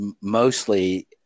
mostly